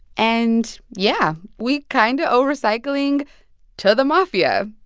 and yeah, we kind of owe recycling to the mafia,